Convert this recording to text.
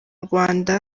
rwanda